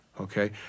okay